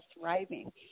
thriving